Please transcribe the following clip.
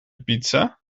pizza